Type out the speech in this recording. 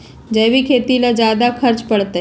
जैविक खेती ला ज्यादा खर्च पड़छई?